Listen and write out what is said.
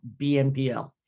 BNPL